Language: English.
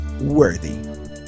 worthy